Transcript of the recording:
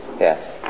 Yes